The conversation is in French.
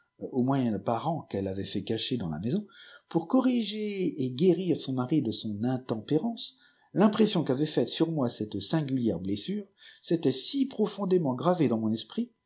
au moyen d'irn parent qu'elle avjl fait cikear dans k maison poqr corrige t guérir son mari de son intempérance l'impression qu'avait faite sur moi cette singulière memrp s'était si profondément gravée dans mon esprit